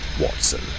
Watson